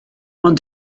ond